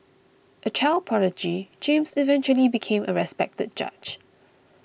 a child prodigy James eventually became a respected judge